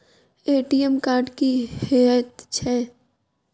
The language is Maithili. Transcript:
ए.टी.एम कार्ड की हएत छै?